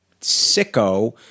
sicko